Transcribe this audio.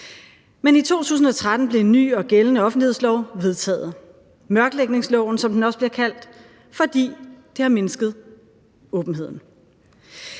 Men i 2013 blev en ny og gældende offentlighedslov vedtaget – mørklægningsloven, som den også bliver kaldt, fordi det har mindsket åbenheden.